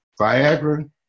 Viagra